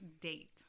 date